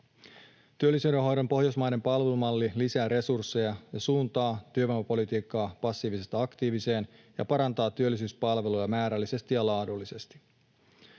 Työllisyydenhoidon pohjoismainen palvelumalli lisää resursseja, suuntaa työvoimapolitiikkaa passiivisesta aktiiviseen ja parantaa työllisyyspalveluja määrällisesti ja laadullisesti.